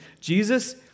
Jesus